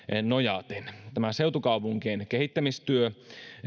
nojaten tämä seutukaupunkien kehittämistyö